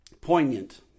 poignant